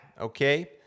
okay